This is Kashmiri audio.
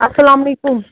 السلام علیکُم